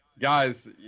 Guys